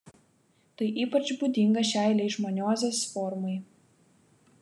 tai ypač būdinga šiai leišmaniozės formai